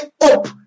up